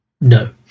No